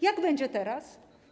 Jak będzie teraz?